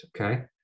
okay